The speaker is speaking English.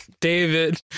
David